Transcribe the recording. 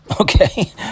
Okay